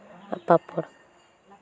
ᱯᱟᱯᱚᱲ ᱟᱪᱪᱷᱟ ᱴᱷᱤᱠ ᱜᱮᱭᱟ